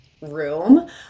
room